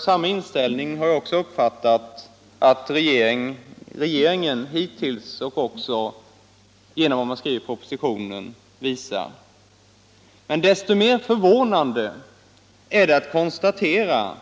Samma inställning har jag också uppfattat att regeringen hittills — och genom vad man skriver i propositionen — visat. Desto mer förvånande är det att konstatera